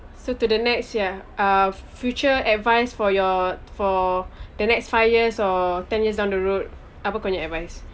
so to the next ya uh future advice for your for the next five years or ten years down the road apa kau punya advice